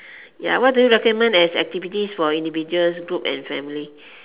ya what do you recommend as activities for individuals groups and families